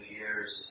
years